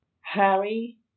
Harry